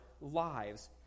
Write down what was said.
Lives